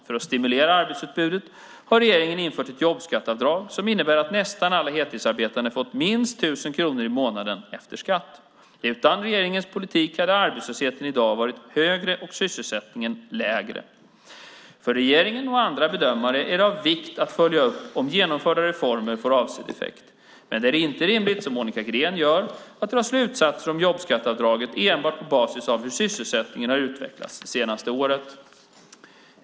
För att stimulera arbetsutbudet har regeringen infört ett jobbskatteavdrag som innebär att nästan alla heltidsarbetande har fått minst 1 000 kronor mer i månaden efter skatt. Utan regeringens politik hade arbetslösheten i dag varit högre och sysselsättningen lägre. För regeringen och andra bedömare är det av vikt att följa upp om genomförda reformer får avsedd effekt. Men det är inte rimligt att, som Monica Green gör, dra slutsatser om jobbskatteavdraget enbart på basis av hur sysselsättningen har utvecklats under det senaste året.